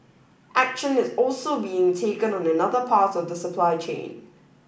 action is also being taken on another part of the supply chain